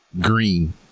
green